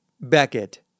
Beckett